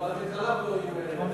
אנחנו התחלפנו.